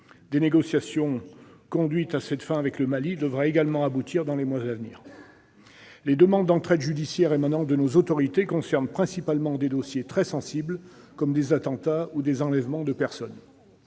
Les négociations conduites à cette fin avec le Mali devraient également aboutir dans les mois à venir. Les demandes d'entraide judiciaire émanant de nos autorités concernent principalement des dossiers très sensibles, comme des attentats ou des enlèvements de personnes.